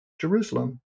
Jerusalem